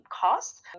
cost